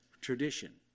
tradition